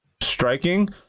striking